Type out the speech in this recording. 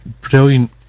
brilliant